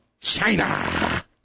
China